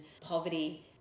poverty